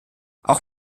auch